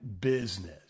business